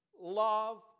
love